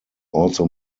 also